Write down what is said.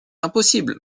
impossible